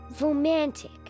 romantic